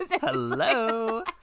Hello